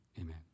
amen